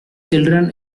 children